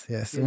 Yes